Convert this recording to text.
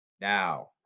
Now